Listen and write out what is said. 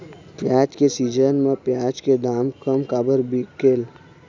प्याज के सीजन म प्याज के दाम कम काबर बिकेल?